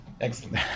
excellent